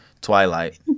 twilight